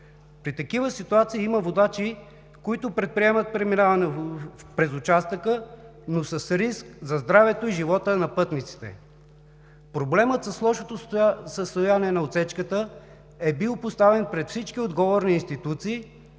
При такива ситуации има водачи, които предприемат преминаване през участъка, но с риск за здравето и живота на пътниците. Проблемът с лошото състояние на отсечката е бил поставян пред всички отговорни институции,